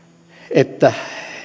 että